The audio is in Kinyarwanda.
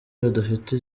badafite